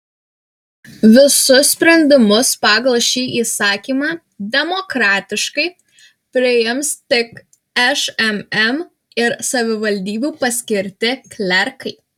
visus sprendimus pagal šį įsakymą demokratiškai priims tik šmm ir savivaldybių paskirti klerkai